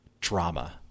drama